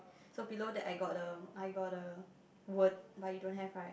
so below that I got A_I got a word but you don't have right